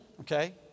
Okay